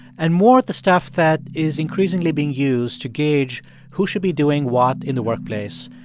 and more the stuff that is increasingly being used to gauge who should be doing what in the workplace,